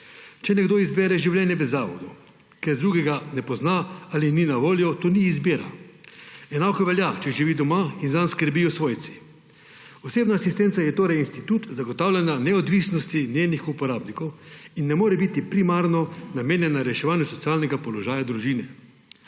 Če nekdo izbere življenje v zavodu, ker drugega ne pozna ali ni na voljo, to ni izbira. Enako velja, če živi doma in zanj skrbijo svojci. Osebna asistenca je torej institut zagotavljanja neodvisnosti njenih uporabnikov in ne more biti primarno namenjena reševanju socialnega položaja družine.